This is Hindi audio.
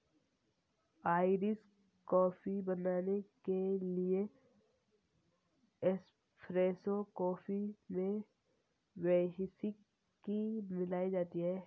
आइरिश कॉफी बनाने के लिए एस्प्रेसो कॉफी में व्हिस्की मिलाई जाती है